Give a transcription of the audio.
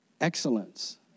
excellence